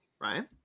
Ryan